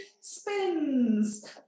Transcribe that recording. Spins